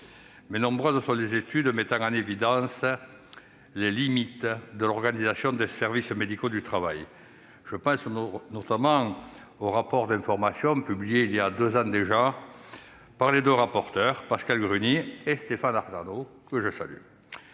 nombreuses sont les études mettant en évidence les limites de l'organisation des services médicaux du travail. Je pense notamment au rapport d'information publié il y a deux ans déjà par nos deux rapporteurs, Pascale Gruny et Stéphane Artano, que je tiens